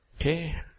Okay